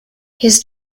his